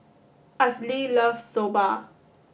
Azalee loves Soba